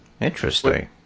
interesting